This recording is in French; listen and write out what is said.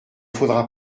faudra